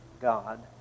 God